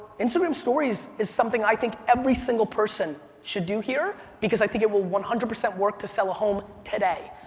instagram stories is something i think every single person should do here because i think it will one hundred percent work to sell a home today.